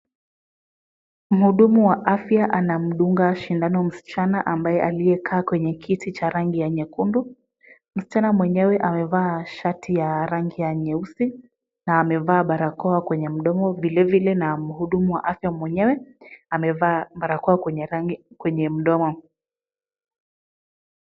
Mhudumu wa afya anamdunga shindano msichana ambaye aliyekaa kwenye kiti cha rangi ya nyekundu, msichana mwenyewe amevaa shati ya rangi ya nyeusi na amevaa barakoa kwenye mdomo vilevile mhudumu wa afya mwenyewe amevaa barakoa kwenye mdomo.